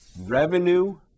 revenue